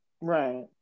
right